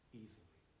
easily